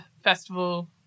Festival